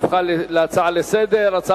הפכה להצעה לסדר-היום.